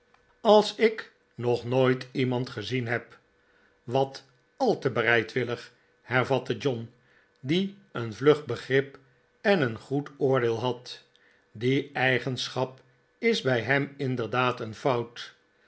als ik nog nooit iemand gezien heb wat al te bereidwillig hervatte john die een vlug begrip en een goed oordeel had die eigenschap is bij hem inderdaad een fout